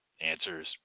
answers